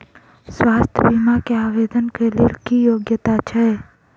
स्वास्थ्य बीमा केँ आवेदन कऽ लेल की योग्यता छै?